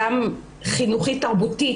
טרוריסט.